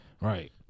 right